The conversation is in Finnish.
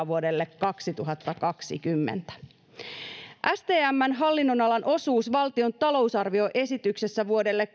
vuodelle kaksituhattakaksikymmentä stmn hallinnonalan osuus valtion talousarvioesityksessä vuodelle